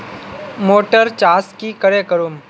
Motor चास की करे करूम?